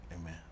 Amen